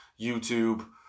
YouTube